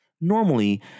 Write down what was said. Normally